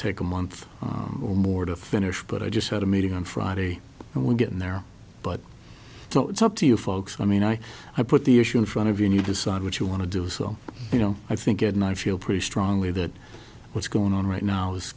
take a month or more to finish but i just had a meeting on friday and we'll get in there but it's up to you folks i mean i i put the issue in front of you and you decide what you want to do so you know i think good night feel pretty strongly that what's going on right now is